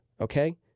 okay